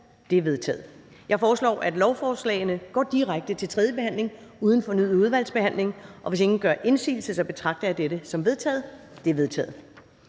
Det er vedtaget. Jeg foreslår, at lovforslagene går direkte til tredje behandling uden fornyet udvalgsbehandling. Hvis ingen gør indsigelse, betragter jeg dette som vedtaget. Det er vedtaget.